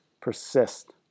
persist